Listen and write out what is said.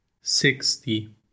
sixty